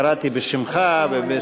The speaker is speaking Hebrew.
קראתי בשמך.